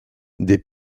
des